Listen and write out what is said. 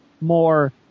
more